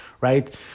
right